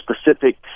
specific